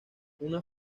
una